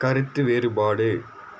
கருத்து வேறுபாடு